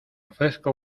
ofrezco